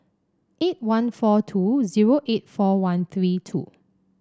eight one four two zero eight four one three two